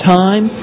time